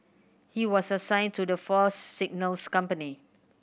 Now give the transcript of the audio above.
he was assigned to the Force's Signals company